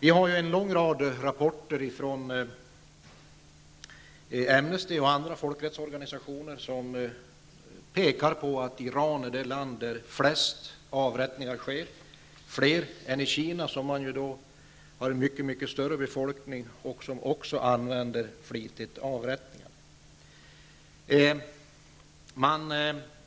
Vi har en lång rad rapporter, från Amnesty och andra folkrättsorganisationer, som pekar på att Iran är det land där flest avrättningar sker. Det är fler än i Kina, som har en mycket större befolkning, och där man också flitigt använder avrättningar. Man